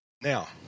Now